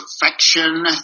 perfection